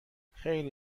خیلی